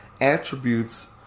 attributes